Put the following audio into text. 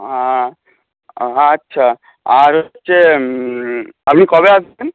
হ্যাঁ আচ্ছা আর হচ্ছে আপনি কবে আসবেন